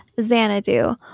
Xanadu